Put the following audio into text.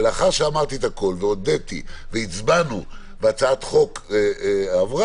ולאחר שאמרתי את הכול והודיתי והצבענו והצעת החוק עברה,